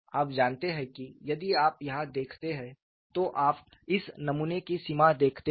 आप जानते हैं कि यदि आप यहां देखते हैं तो आप इस नमूने की सीमा देखते हैं